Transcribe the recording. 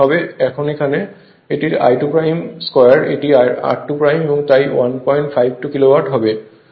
এখন এখানে এটি I2 2 এটি r2 তাই 152 কিলোওয়াট হবে